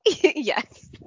Yes